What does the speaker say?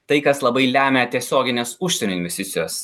tai kas labai lemia tiesiogines užsienio investicijas